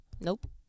Nope